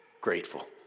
grateful